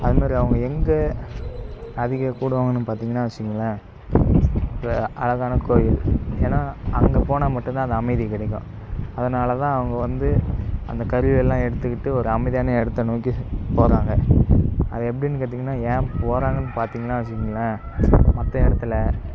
அதுமாதிரி அவங்க எங்கே அதிகம் கூடுவாங்கனு பார்த்திங்கனா வச்சுங்களேன் இப்போ அழகான கோவில் ஏனால் அங்கே போனால் மட்டும்தான் அந்த அமைதி கிடைக்கும் அதனால்தான் அவங்க வந்து அந்தக் கருவியெல்லாம் எடுத்துக்கிட்டு ஒரு அமைதியான இடத்த நோக்கி போறாங்க அது எப்படினு கேட்டிங்கனா ஏன் போறாங்கனு பார்த்திங்கனா வச்சுகுங்களேன் மற்ற இடத்தில்